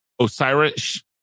Osiris